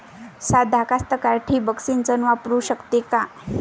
सादा कास्तकार ठिंबक सिंचन वापरू शकते का?